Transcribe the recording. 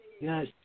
Yes